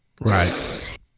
Right